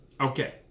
Okay